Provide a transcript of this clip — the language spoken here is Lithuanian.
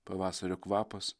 pavasario kvapas